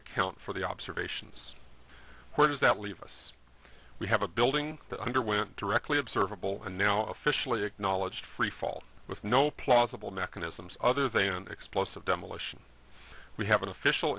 account for the observations where does that leave us we have a building that underwent directly observable and now officially acknowledged freefall with no plausible mechanisms other than explosive demolition we have an official